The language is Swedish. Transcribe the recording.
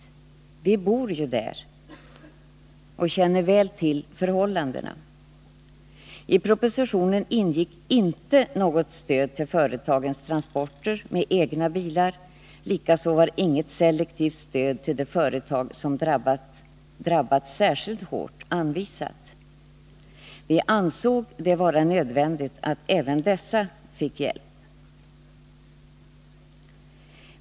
Vi bor ju i området och känner väl till förhållandena. I propositionen ingick inte något stöd till företagens transporter med egna bilar. Inte heller fanns det något selektivt stöd anvisat till de företag som har drabbats särskilt hårt. Vi ansåg det nödvändigt att även dessa fick hjälp.